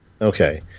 Okay